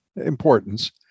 importance